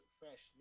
fresh